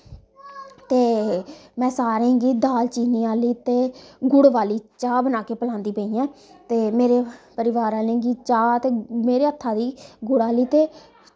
ते में सारें गी दाल चीनी आह्ली ते गुड़ा बाली चाह् बना के पलांदी पेई ऐं ते मेरे परिवार आह्लें गी चाह् ते मेरे हत्था दी गुड़ आह्ली ते